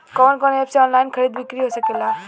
कवन कवन एप से ऑनलाइन खरीद बिक्री हो सकेला?